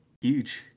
Huge